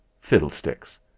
Fiddlesticks